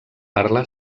parla